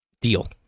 Deal